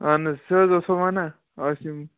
اَہن حظ سُہ حظ اوسُم وَنان آز چھِ یِم